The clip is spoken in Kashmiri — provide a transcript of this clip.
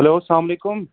ہٮ۪لو السلام علیکُم